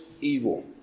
evil